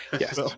yes